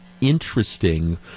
interesting